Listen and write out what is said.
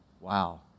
Wow